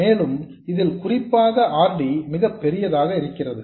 மேலும் இதில் குறிப்பாக R D மிகப்பெரியதாக இருக்கிறது